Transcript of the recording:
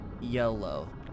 yellow